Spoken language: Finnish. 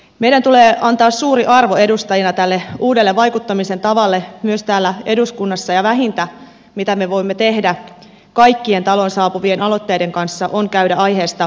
meidän tulee antaa suuri arvo edustajina tälle uudella vaikuttamisen tavalle myös täällä eduskunnassa ja vähintä mitä me voimme tehdä kaikkien taloon saapuvien aloitteiden kanssa on käydä aiheesta perinpohjainen keskustelu